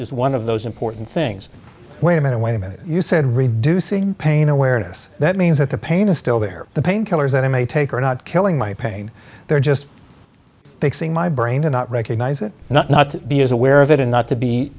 is one of those important things wait a minute wait a minute you said reducing pain awareness that means that the pain is still there the pain killers i may take are not killing my pain they're just i think seeing my brain cannot recognize it not be as aware of it and not to be